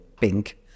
pink